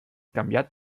canviat